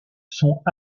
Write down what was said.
sont